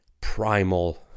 primal